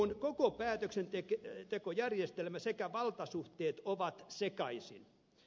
eun koko päätöksentekojärjestelmä sekä valtasuhteet ovat sekaisin